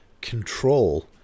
control